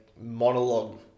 monologue